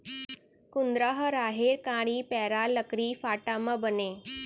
कुंदरा ह राहेर कांड़ी, पैरा, लकड़ी फाटा म बनय